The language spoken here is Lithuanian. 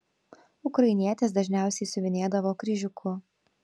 ukrainietės dažniausiai siuvinėdavo kryžiuku